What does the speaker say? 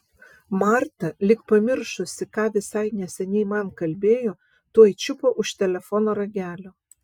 marta lyg pamiršusi ką visai neseniai man kalbėjo tuoj čiupo už telefono ragelio